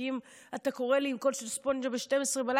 כי אם אתה קורא לי "קול של ספונג'ה" ב-24:00,